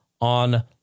on